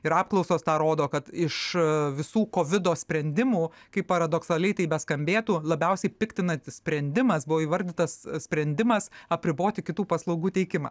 ir apklausos tą rodo kad iš visų kovido sprendimų kaip paradoksaliai tai beskambėtų labiausiai piktinantis sprendimas buvo įvardytas sprendimas apriboti kitų paslaugų teikimą